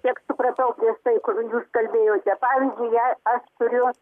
kiek supratau prieš tai kur jūs kalbėjote pavyzdžiui aš turiu